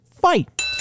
fight